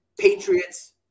Patriots –